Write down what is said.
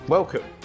Welcome